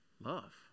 love